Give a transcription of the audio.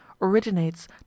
originates